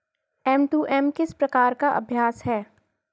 M to M किस प्रकार का अभ्यास है?